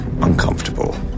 uncomfortable